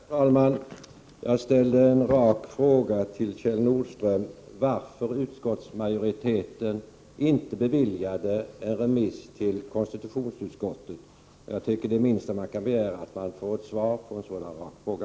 Herr talman! Jag ställde en rak fråga till Kjell Nordström om varför utskottsmajoriteten inte beviljade en remiss till konstitutionsutskottet. Det minsta man kan begära är att man får ett svar på en sådan rak fråga.